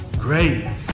Great